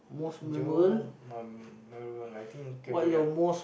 johor um I think Cambodia